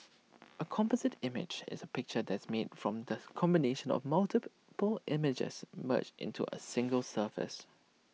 A composite image is A picture that's made from the combination of multiple pore images merged into A single surface